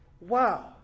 Wow